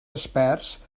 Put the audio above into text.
experts